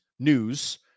News